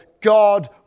God